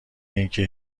اینکه